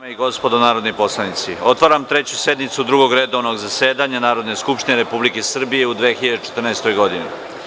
i gospodo narodni poslanici, otvaram Treću sednicu Drugog redovnog zasedanja Narodne skupštine Republike Srbije u 2014. godini.